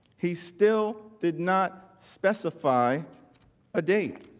he still did not specify a date.